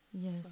yes